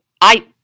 I-